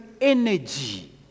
energy